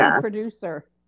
producer